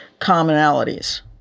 commonalities